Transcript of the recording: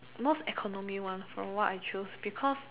most economy one from what I choose because